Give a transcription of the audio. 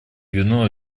вину